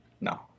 No